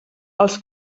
els